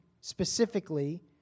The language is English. specifically